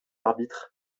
arbitre